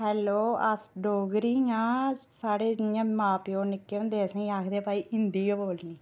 hello अस डोगरी आं साढ़े इ'या मां प्यो निक्के होंदे असेंगी आखदे कि भाई हिंदी गै बोलनी